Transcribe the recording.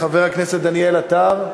חבר הכנסת דניאל עטר,